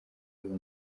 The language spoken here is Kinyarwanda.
y’uwo